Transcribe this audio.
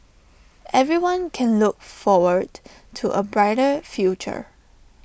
everyone can look forward to A brighter future